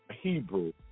hebrew